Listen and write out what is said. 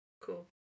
cool